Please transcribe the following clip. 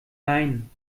nein